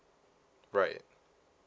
right